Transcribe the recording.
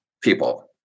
people